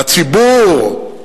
לציבור,